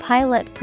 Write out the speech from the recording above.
Pilot